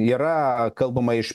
yra kalbama iš